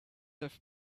have